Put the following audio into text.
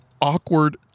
awkward